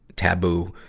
taboo,